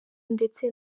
ndetse